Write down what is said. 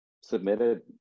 submitted